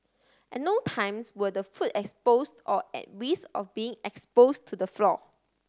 at no times were the food exposed or at risk of being exposed to the floor